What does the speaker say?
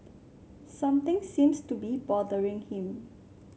something seems to be bothering him